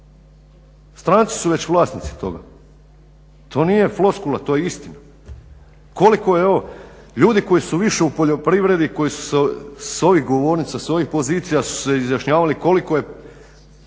Stranci su već vlasnici toga. To nije floskula, to je istina. Ljudi koji su više u poljoprivredi, koji su s ovih govornica, s ovih pozicija su se izjašnjavali koliko je